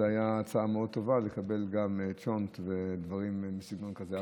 זו הייתה הצעה טובה לקבל גם צ'ולנט ודברים בסגנון כזה.